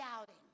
doubting